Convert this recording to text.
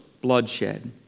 bloodshed